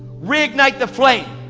reignite the flame!